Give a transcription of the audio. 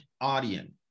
audience